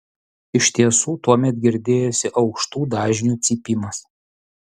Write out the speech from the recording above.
iš tiesų tuomet girdėjosi aukštų dažnių cypimas